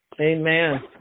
Amen